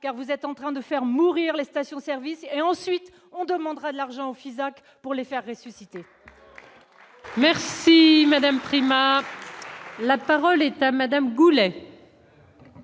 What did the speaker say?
car vous êtes en train de faire mourir les stations-service et ensuite on demandera de l'argent Fisac pour les faire ressuscité.